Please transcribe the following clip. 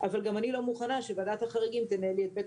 אבל אני גם לא מוכנה שוועדת החריגים תנהל לי את בית